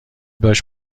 باش